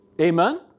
Amen